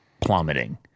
plummeting